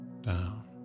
down